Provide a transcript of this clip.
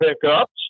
pickups